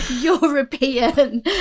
European